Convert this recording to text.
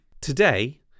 Today